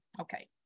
Okay